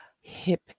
Hip